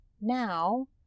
now